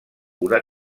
una